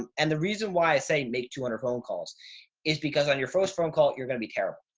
and and the reason why i say make two hundred phone calls is because on your first phone call you're going to be terrible.